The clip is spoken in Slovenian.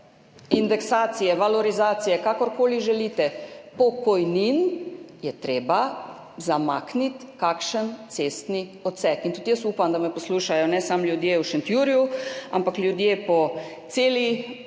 indeksacije, valorizacije, kakorkoli želite, pokojnin, je treba zamakniti kakšen cestni odsek. In tudi jaz upam, da me poslušajo ne samo ljudje v Šentjurju, ampak ljudje po celi